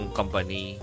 company